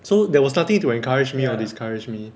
so there was nothing to encourage me or discourage me